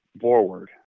forward